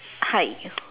hi